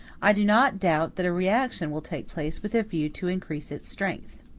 i do not doubt that a reaction will take place with a view to increase its strength.